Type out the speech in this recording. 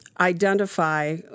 identify